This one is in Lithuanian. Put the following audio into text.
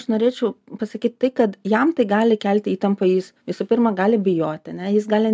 aš norėčiau pasakyt tai kad jam tai gali kelti įtampą jis visų pirma gali bijoti ane jis gali